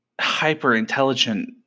hyper-intelligent